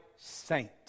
Saint